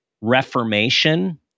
reformation